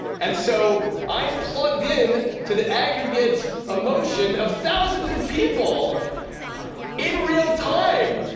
and so i am plugged in to the aggregate emotion of thousands of people in real time,